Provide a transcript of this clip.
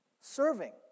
Serving